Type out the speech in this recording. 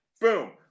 Boom